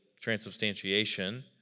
transubstantiation